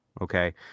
Okay